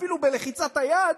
אפילו בלחיצת היד,